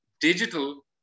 digital